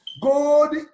God